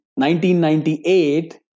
1998